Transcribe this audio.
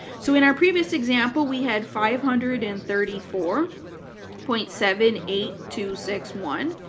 so in our previous example we had five hundred and thirty four point seven eight two six one,